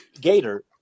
Gator